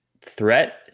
threat